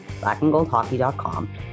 blackandgoldhockey.com